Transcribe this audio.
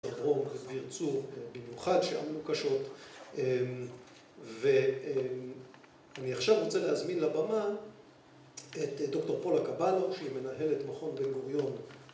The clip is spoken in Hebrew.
...במיוחד שאמרו קשות ואני עכשיו רוצה להזמין לבמה את דוקטור פולה קבלו שהיא מנהלת מכון בן-גוריון